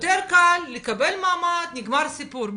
יותר קל לקבל מעמד ונגמר הסיפור.